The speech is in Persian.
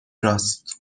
راست